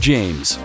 James